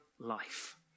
life